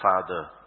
father